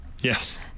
Yes